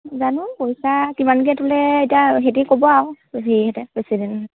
জানো পইচা কিমানকৈ তোলে এতিয়া সিহঁতে ক'ব আৰু হেৰিহঁতে প্ৰেচিডেণ্ট